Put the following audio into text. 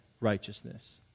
righteousness